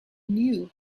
knew